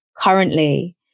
currently